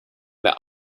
their